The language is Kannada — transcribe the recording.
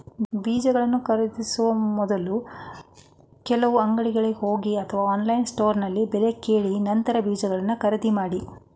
ಬೀಜಗಳನ್ನು ಖರೀದಿಸೋ ಮೊದ್ಲು ಕೆಲವು ಅಂಗಡಿಗೆ ಹೋಗಿ ಅಥವಾ ಆನ್ಲೈನ್ ಸ್ಟೋರ್ನಲ್ಲಿ ಬೆಲೆ ಕೇಳಿ ನಂತರ ಬೀಜಗಳನ್ನ ಖರೀದಿ ಮಾಡಿ